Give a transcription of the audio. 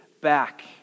back